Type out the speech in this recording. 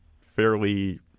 fairly